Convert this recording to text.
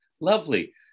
lovely